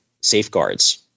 safeguards